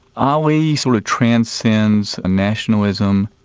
ali sort of transcends nationalism,